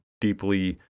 deeply